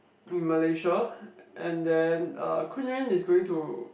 in Malaysia and then er Kun-Yuan is going to